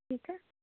ठीक आहे